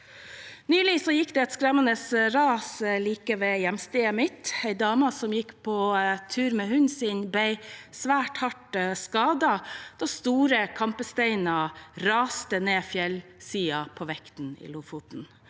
Nylig gikk det et skremmende ras like ved hjemstedet mitt. En dame som gikk på tur med hunden sin, ble svært hardt skadet da store kampesteiner raste ned fjellsiden på Vikten i Lofoten.